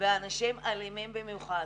אלימים במיוחד.